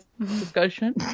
discussion